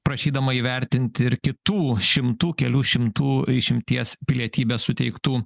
prašydama įvertinti ir kitų šimtų kelių šimtų išimties pilietybės suteiktų